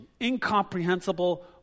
incomprehensible